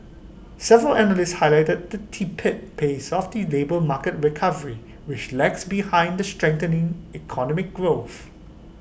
several analysts highlighted the tepid pace of the labour market recovery which lags behind the strengthening economic growth